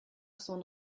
son